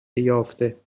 یافته